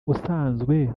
usanzwe